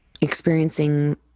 experiencing